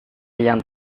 yang